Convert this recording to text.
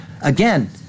Again